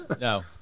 No